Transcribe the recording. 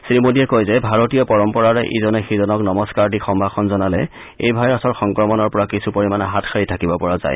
শ্ৰীমোদীয়ে কয় যে ভাৰতীয় পৰম্পৰাৰে ইজনে সিজনক নমস্থাৰ দি সম্ভাষণ জনালে এই ভাইৰাছৰ সংক্ৰমণৰ পৰা কিছুপৰিমাণে হাত সাৰি থাকিব পৰা যায়